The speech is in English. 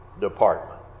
department